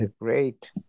great